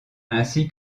ainsi